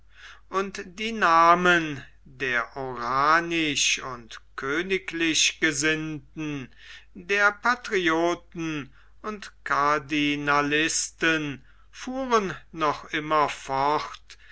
und die namen der oranisch und königlich gesinnten der patrioten und cardinalisten fuhren noch